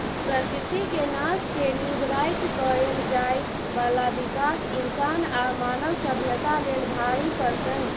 प्रकृति के नाश के नींव राइख कएल जाइ बाला विकास इंसान आ मानव सभ्यता लेल भारी पड़तै